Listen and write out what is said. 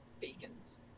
beacons